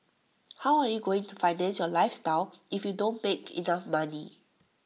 how are you going to finance your lifestyle if you don't make enough money